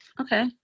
Okay